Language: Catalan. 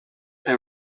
per